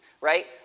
right